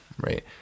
right